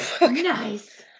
Nice